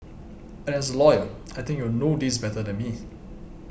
and as a lawyer I think you will know this better than me